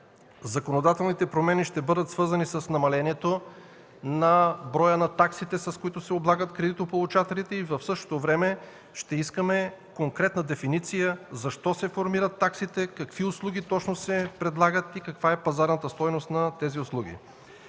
законодателните промени ще бъдат свързани с намалението на броя на таксите, с които се облагат кредитополучателите и в същото време ще искаме конкретна дефиниция защо се формират таксите, какви услуги точно се предлагат и каква е пазарната стойност на тези услуги.